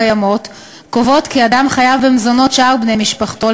הקיימות קובעות כי אדם חייב במזונות שאר בני משפחתו,